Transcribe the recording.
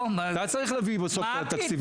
אתה צריך להביא את התקציבים.